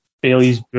Bailey's